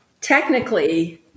Technically